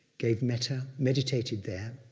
gave metta, meditated there,